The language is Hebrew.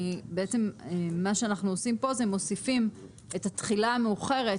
מה שאנחנו עושים פה זה מוסיפים את התחילה המאוחרת,